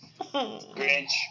Grinch